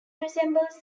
resembles